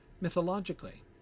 mythologically